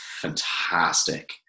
fantastic